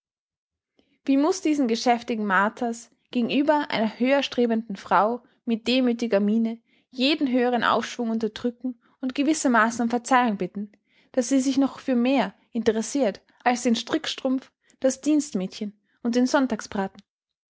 wie muß diesen geschäftigen martha's gegenüber eine höher strebende frau mit demüthiger miene jeden höheren aufschwung unterdrücken und gewissermaßen um verzeihung bitten daß sie sich noch für mehr interessirt als den strickstrumpf das dienstmädchen und den sonntagsbraten